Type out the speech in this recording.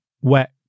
wet